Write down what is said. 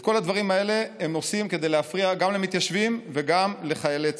את כל הדברים האלה הם עושים כדי להפריע גם למתיישבים וגם לחיילי צה"ל.